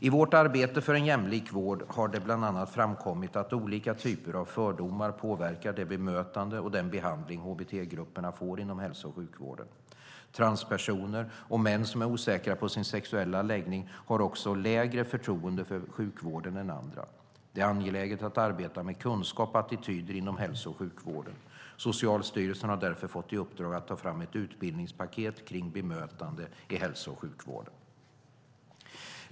I vårt arbete för en jämlik vård har det bland annat framkommit att olika typer av fördomar påverkar det bemötande och den behandling hbt-grupperna får inom hälso och sjukvården. Transpersoner och män som är osäkra på sin sexuella läggning har också lägre förtroende för sjukvården än andra. Det är angeläget att arbeta med kunskap och attityder inom hälso och sjukvården. Socialstyrelsen har därför fått i uppdrag att ta fram ett utbildningspaket för bemötande i hälso och sjukvården.